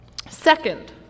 Second